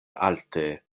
alte